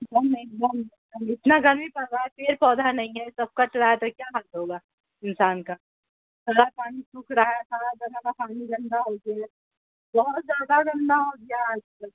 اتنا گرمی پڑ رہا ہے پیڑ پودھا نہیں ہے سب کٹ رہا ہے تو کیا حال ہوگا انسان کا سارا پانی سوکھ رہا ہے سارا جگہ کا پانی گندا ہو گیا بہت زیادہ گندا ہو گیا آج کل